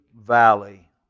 valley